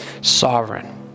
sovereign